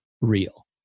real